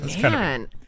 man